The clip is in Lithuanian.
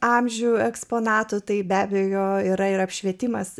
amžių eksponatų tai be abejo yra ir apšvietimas